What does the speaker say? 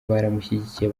baramushyigikiye